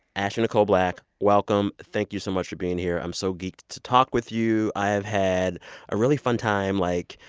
ashley nicole black, welcome. thank you so much for being here. i'm so geeked to talk with you. i have had a really fun time, like,